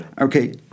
Okay